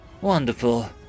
Wonderful